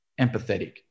empathetic